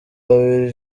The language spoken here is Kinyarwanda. babiri